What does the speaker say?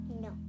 No